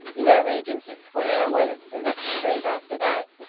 you know regency square. well, it's the next street after that.